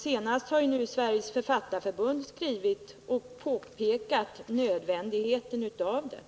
Senast har nu Sveriges författarförbund skrivit och påpekat nödvändigheten av detta.